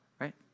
right